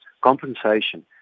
compensation